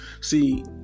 See